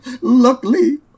luckily